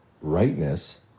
Rightness